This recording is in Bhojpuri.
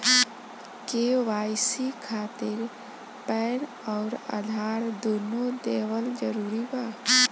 के.वाइ.सी खातिर पैन आउर आधार दुनों देवल जरूरी बा?